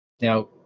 Now